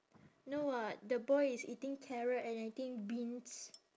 no [what] the boy is eating carrot and I think beans